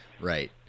right